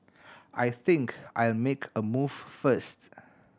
I think I'll make a move first